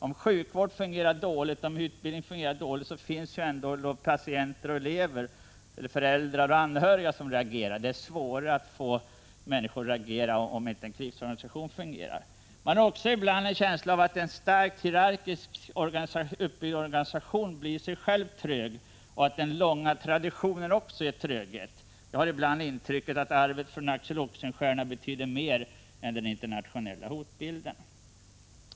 Om sjukvården eller utbildningen fungerar dåligt finns det ändå patienter och anhöriga, elever och föräldrar som reagerar. Det är svårare att få människor att reagera om en krigsorganisation inte fungerar. Man har också en känsla av att en stark hierarkiskt uppbyggd organisation i sig själv blir trög och att även den långa traditionen ger tröghet. Jag har ibland intrycket att arvet från Axel Oxenstierna betyder mer än den internationella hotbilden.